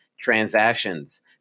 transactions